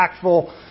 impactful